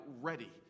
ready